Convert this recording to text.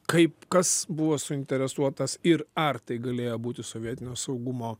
kaip kas buvo suinteresuotas ir ar tai galėjo būti sovietinio saugumo